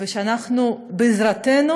ובעזרתנו